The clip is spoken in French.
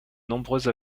nombreuses